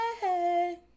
Hey